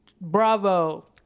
Bravo